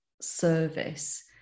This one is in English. service